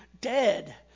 dead